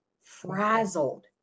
frazzled